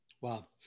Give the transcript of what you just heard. Wow